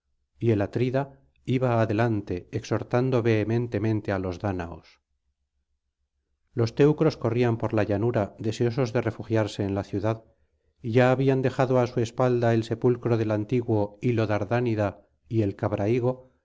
y el atrida iba adelante exhortando vehementemente á los dáñaos los teucros corrían por la llanura deseosos de refugiarse en la ciudad y ya habían dejado á su espalda el sepulcro del antiguo lio dardánida y el